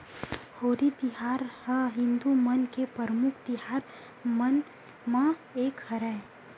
होरी तिहार ह हिदू मन के परमुख तिहार मन म एक हरय